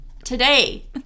Today